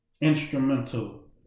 instrumental